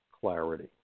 clarity